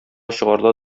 чыгарыла